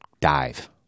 dive